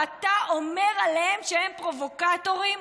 ואתה אומר עליהם שהם פרובוקטורים?